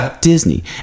disney